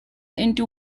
into